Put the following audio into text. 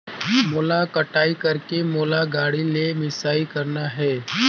मोला कटाई करेके मोला गाड़ी ले मिसाई करना हे?